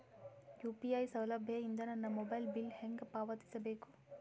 UPI ಸೌಲಭ್ಯ ಇಂದ ನನ್ನ ಮೊಬೈಲ್ ಬಿಲ್ ಹೆಂಗ್ ಪಾವತಿಸ ಬೇಕು?